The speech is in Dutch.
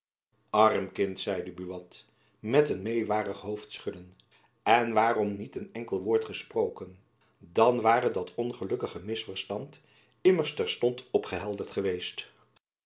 arm kind zeide buat met een meêwarig hoofdschudden en waarom niet een enkel woord gesproken dan ware dat ongelukkige misverstand immers terstond opgehelderd geweest